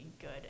good